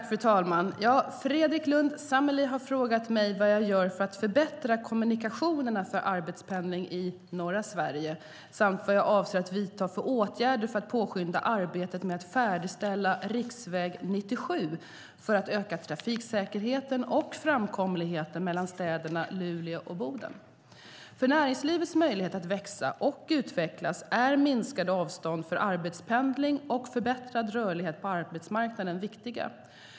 Fru talman! Fredrik Lundh Sammeli har frågat mig vad jag gör för att förbättra kommunikationerna för arbetspendling i Norra Sverige samt vad jag avser att vidta för åtgärder för att påskynda arbetet med att färdigställa riksväg 97 för att öka trafiksäkerheten och framkomligheten mellan städerna Luleå och Boden. För näringslivets möjlighet att växa och utvecklas är minskade avstånd för arbetspendling och förbättrad rörlighet på arbetsmarknaden viktiga.